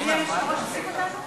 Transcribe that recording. אדוני היושב-ראש הוסיף אותנו?